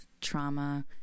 trauma